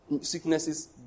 sicknesses